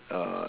uh